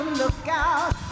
lookout